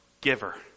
giver